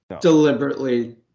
deliberately